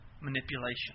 manipulation